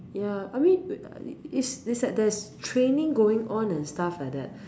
ya I mean its its like there's training going on and stuff like that